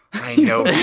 i know